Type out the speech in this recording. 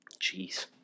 Jeez